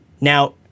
Now